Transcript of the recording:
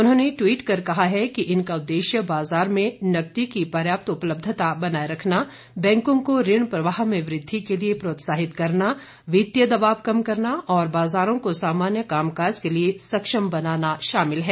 उन्होंने टवीट कर कहा है कि इनका उद्देश्य बाजार में नकदी की पर्याप्त उपलब्धता बनाये रखना बैंकों को ऋण प्रवाह में वृद्वि के लिए प्रोत्साहित करना वित्तीय दबाव कम करना और बाजारों को सामान्य कामकाज के लिए सक्षम बनाना शामिल है